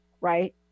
right